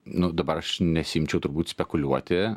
nu dabar aš nesiimčiau turbūt spekuliuoti